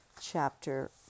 chapter